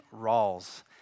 Rawls